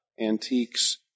antiques